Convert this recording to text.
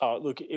Look